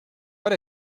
but